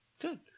Good